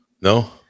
No